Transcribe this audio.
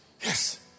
Yes